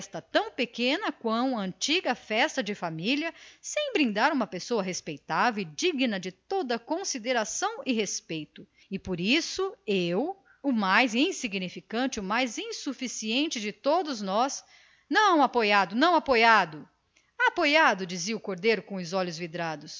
tão pequena quão antiga e tradicional festa de família sem brindarmos uma pessoa respeitável e digna de toda a consideração e respeito por isso eu eu senhores o mais insignificante mais insuficiente de todos nós não apoiado não apoiado apoiado dizia o cordeiro com os olhos vidrados